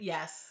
Yes